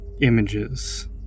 images